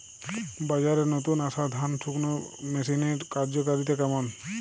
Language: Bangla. বাজারে নতুন আসা ধান শুকনোর মেশিনের কার্যকারিতা কেমন?